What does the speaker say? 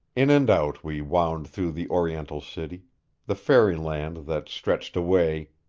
in and out we wound through the oriental city the fairy-land that stretched away,